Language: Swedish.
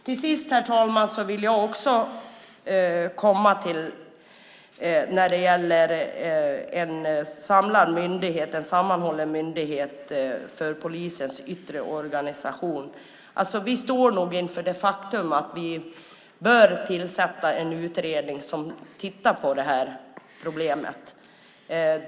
Till sist, herr talman, vill jag komma till frågan om en sammanhållen myndighet för polisens yttre organisation. Vi står inför det faktum att vi bör tillsätta en utredning som tittar på det här problemet.